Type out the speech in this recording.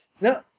No